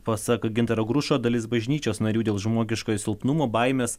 pasak gintaro grušo dalis bažnyčios narių dėl žmogiškojo silpnumo baimės